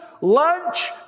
lunch